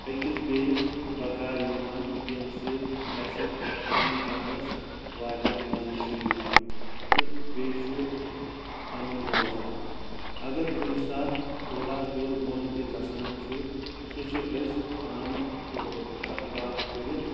أکِس بیٚیِس بکار یوان ییٚمہِ سۭتۍ اسہِ کٲم کرنس واریاہ مزٕ چھُ یوان تہٕ بییہِ چھُ امُن روزان اگر کُنہِ سات تھوڑا ہیوٚر بۄن تہِ گژھان چھُ سُہ چھُ أسۍ پانہٕ کتھ باتھ کرتھ